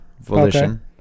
Volition